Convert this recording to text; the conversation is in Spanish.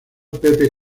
pepe